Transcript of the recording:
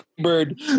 Bird